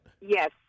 Yes